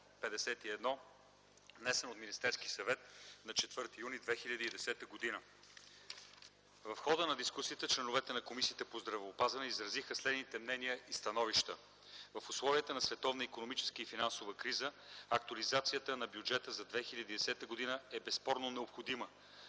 внесен от Министерския съвет на 4 юни 2010 г. В хода на дискусията членовете на Комисията по здравеопазването изразиха следните мнения и становища: в условията на световна икономическа и финансова криза актуализацията на бюджета за 2010 г. е безспорна необходима,